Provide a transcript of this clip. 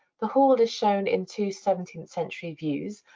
the hall is shown in two seventeenth century views.